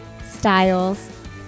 styles